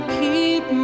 keep